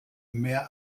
mehr